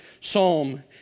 psalm